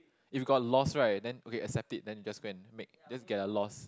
if you got loss like then okay accept it then you just go and make just get a loss